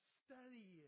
study